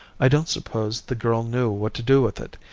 i don't suppose the girl knew what to do with it,